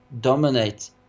dominate